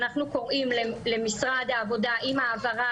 אנחנו קוראים למשרד העבודה, עם ההעברה